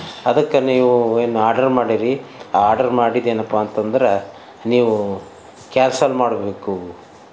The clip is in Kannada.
ಅದಕ್ಕೆ ನೀವು ಏನು ಆರ್ಡರ್ ಮಾಡಿರಿ ಆ ಆರ್ಡರ್ ಮಾಡಿದ ಏನಪ್ಪಾ ಅಂತ ಅಂದ್ರೆ ನೀವು ಕ್ಯಾನ್ಸಲ್ ಮಾಡಬೇಕು